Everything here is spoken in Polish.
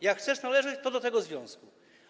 Jak chcesz należeć, to do tego związku.